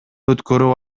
өткөрүп